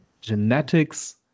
genetics